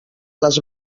les